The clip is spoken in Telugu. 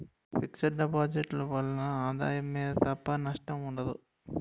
ఫిక్స్ డిపాజిట్ ల వలన ఆదాయం మీద తప్ప నష్టం ఉండదు